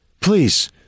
please